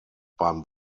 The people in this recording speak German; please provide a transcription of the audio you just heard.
beim